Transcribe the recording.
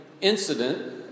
incident